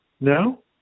No